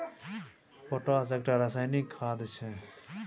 potash एकटा रासायनिक खाद छै